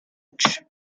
edge